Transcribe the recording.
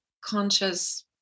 conscious